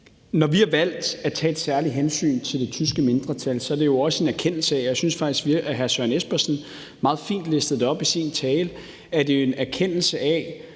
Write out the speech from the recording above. Når vi har valgt at tage et særligt hensyn til det tyske mindretal, er det jo også – og jeg synes faktisk, hr. Søren Espersen